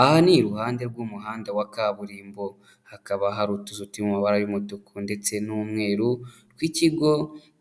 Aha ni iruhande rw'umuhanda wa kaburimbo. Hakaba hari utuzu turi mu mabara y'umutuku ndetse n'umweru tw'ikigo